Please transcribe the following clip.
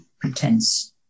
pretense